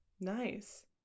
Nice